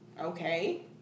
okay